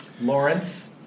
lawrence